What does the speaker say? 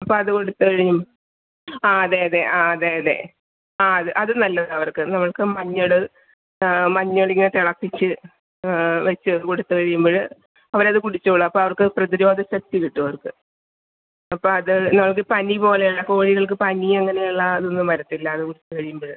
അപ്പോൾ അത് കൊടുത്ത് കഴിയും ആ അതെ അതെ ആ അതെ അതെ ആ അത് അത് നല്ലതാണ് അവർക്ക് നമ്മൾക്ക് മഞ്ഞൾ മഞ്ഞളിങ്ങനെ തിളപ്പിച്ച് വെച്ച് കൊടുത്ത് കഴിയുമ്പോൾ അവരത് കുടിച്ചോളും അപ്പോൾ അവർക്ക് പ്രതിരോധ ശക്തി കിട്ടും അവർക്ക് അപ്പോൾ അത് നമുക്ക് പനി പോലെ കോഴികൾക്ക് പനി അങ്ങനെയുള്ള അതൊന്നും വരത്തില്ല അത് കുടിച്ച് കഴിയുമ്പോൾ